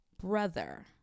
brother